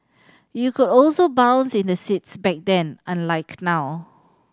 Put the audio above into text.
you could also bounce in the seats back then unlike now